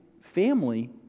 family